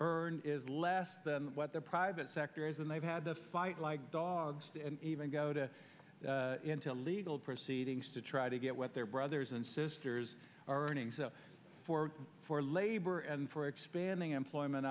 e is less than what the private sector is and they've had to fight like dogs and even go to into legal proceedings to try to get what their brothers and sisters are running so for for labor and for expanding employment